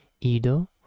Ido